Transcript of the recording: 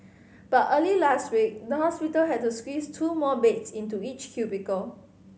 but early last week the hospital had to squeeze two more beds into each cubicle